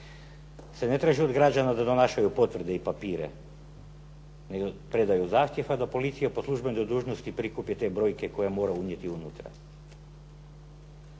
se ne traži od građana da donašaju potvrde i papire, nego predaju zahtjeva da ga policija po službenoj dužnosti prikupi te brojke koje mora unijeti unutra.